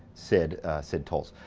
sid sid tolls.